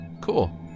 Cool